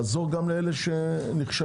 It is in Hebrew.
לעזור גם לאלה שנכשלים.